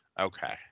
Okay